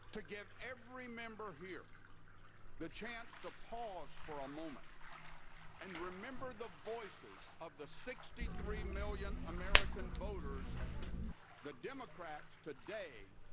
to give every member here the chance to pause for a moment and remember the voices of the sixty three million american voters the democrats today